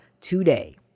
today